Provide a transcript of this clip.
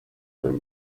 than